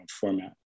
format